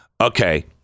Okay